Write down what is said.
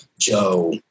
Joe